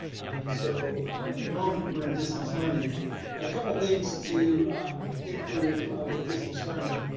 and so at the moment, we're in distance learning and a couple of things to think through with distance learning